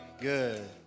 Good